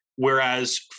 Whereas